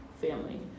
family